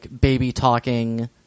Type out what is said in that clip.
baby-talking